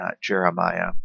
Jeremiah